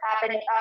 happening